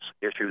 issues